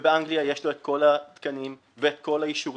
ובאנגליה יש לו את כל התקנים ואת כל האישורים.